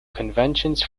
conventions